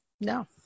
no